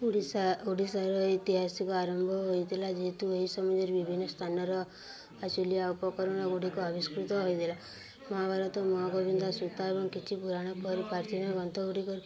ଓଡ଼ିଶା ଓଡ଼ିଶାର ଐତିହାସିକ ଆରମ୍ଭ ହୋଇଥିଲା ଯେହେତୁ ଏହି ସମୟରେ ବିଭିନ୍ନ ସ୍ଥାନର ଆସଲିଆ ଉପକରଣ ଗୁଡ଼ିକ ଆବିସ୍କୃତ ହୋଇଥିଲା ମହାଭାରତ ମହା ଗୋବିନ୍ଦା ସୂତା ଏବଂ କିଛି ପୁରାଣ ପରି ପ୍ରାଚୀନ ଗ୍ରନ୍ଥ ଗୁଡ଼ିକର